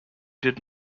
did